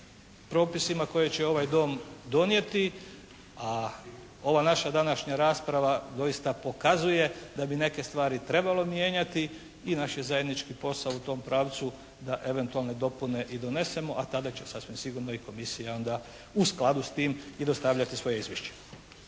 propisima koje će ovaj Dom donijeti. A ova naša današnja rasprava doista pokazuje da bi neke stvari trebalo mijenjati. I naš je zajednički posao u tom pravcu da eventualne dopune i donesemo, a tada će sasvim sigurno i Komisija onda u skladu s tim i dostavljati svoje izvješće.